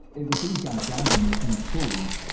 it was these guys driving this new tool.